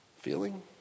Feeling